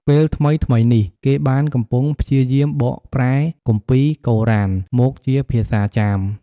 ពេលថ្មីៗនេះ គេបានកំពុងព្យាយាមបកប្រែគម្ពីរកូរ៉ានមកជាភាសាចាម។